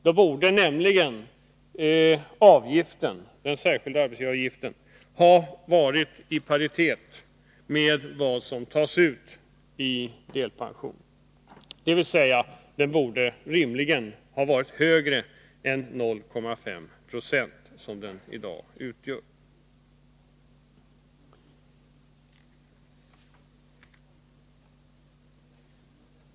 Då borde nämligen den särskilda arbetsgivaravgiften ha varit i paritet med vad som betalas ut i delpension, dvs. den borde rimligen ha varit högre än 0,5 96, vilket den i dag är.